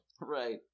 Right